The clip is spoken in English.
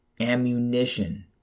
ammunition